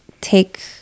take